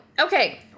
okay